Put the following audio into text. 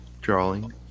Drawing